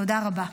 תודה רבה.